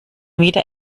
wieder